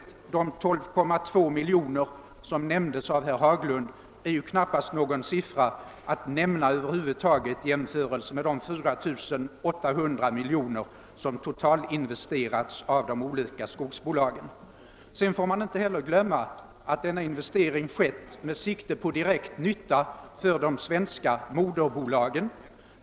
Det tillskott på 12,2 miljoner kronor som herr Haglund talade om är knappast något belopp att nämna i sammanhanget, jämfört med de 4 800 miljoner kronor som totalinvesterats av de olika skogsbolagen i Norrland. Vidare får vi inte glömma att sådana investeringar skett med sikte på det svenska moderbolagets nytta.